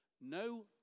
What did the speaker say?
no